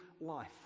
life